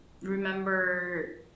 remember